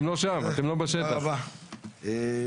נהיה חייבים בשיתוף פעולה.